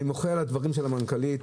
אני מוחה על הדברים של המנכ"לית,